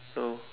so